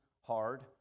hard